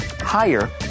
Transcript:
higher